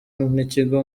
n’ikigo